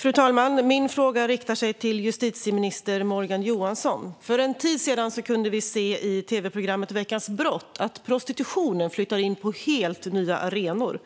Fru talman! Min fråga riktar sig till justitieminister Morgan Johansson. För en tid sedan kunde vi i tv-programmet Veckans brott se att prostitutionen flyttar in på helt nya arenor.